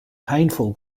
painful